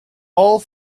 all